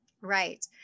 right